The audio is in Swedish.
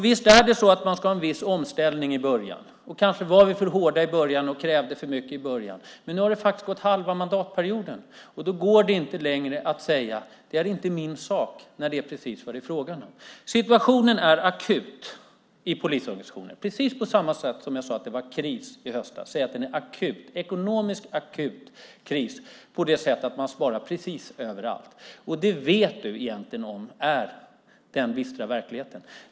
Visst ska man ha en viss omställning i början, och kanske var vi för hårda och krävde för mycket i början. Men nu har halva mandatperioden gått, och då går det inte längre att säga att "det är inte min sak" när det är precis vad det är fråga om. Situationen är akut i polisorganisationen. Precis på samma sätt som jag sade att det var kris i höstas säger jag att det är en ekonomiskt akut kris, på det sättet att man sparar precis överallt. Och du vet egentligen att det är den dystra verkligheten.